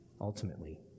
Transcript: Ultimately